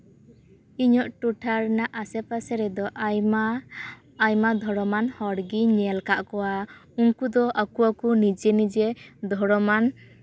ᱤᱧᱟᱹᱜ ᱴᱚᱴᱷᱟ ᱨᱮᱱᱟᱜ ᱟᱥᱮᱯᱟᱥᱮ ᱨᱮᱫᱚ ᱟᱭᱢᱟ ᱟᱭᱢᱟ ᱫᱷᱚᱨᱚᱢᱟᱱ ᱦᱚᱲᱜᱤᱧ ᱧᱮᱞ ᱟᱠᱟᱫ ᱠᱚᱣᱟ ᱩᱱᱠᱩ ᱫᱚ ᱟᱠᱚ ᱟᱠᱚ ᱱᱤᱡᱮ ᱱᱤᱡᱮ ᱫᱷᱚᱨᱚᱢᱟᱱ